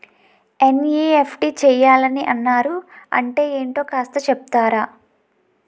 NEFT చేయాలని అన్నారు అంటే ఏంటో కాస్త చెపుతారా?